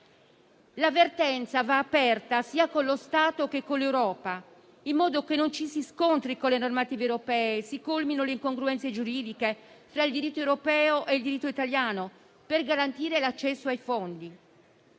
La vertenza va aperta sia con lo Stato sia con l'Europa, in modo che non ci si scontri con le normative europee e si colmino le incongruenze giuridiche fra il diritto europeo e quello italiano, per garantire l'accesso ai fondi.